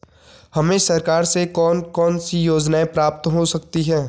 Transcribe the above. हमें सरकार से कौन कौनसी योजनाएँ प्राप्त हो सकती हैं?